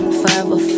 forever